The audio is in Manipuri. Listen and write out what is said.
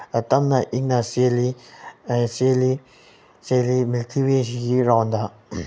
ꯇꯞꯅ ꯏꯪꯅ ꯆꯦꯜꯂꯤ ꯆꯦꯜꯂꯤ ꯆꯦꯜꯂꯤ ꯃꯤꯜꯀꯤ ꯋꯦꯁꯤꯒꯤ ꯔꯥꯎꯟꯗ